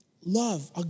love